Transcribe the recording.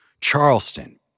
Charleston